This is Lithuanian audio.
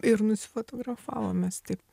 ir nusifotografavommes taip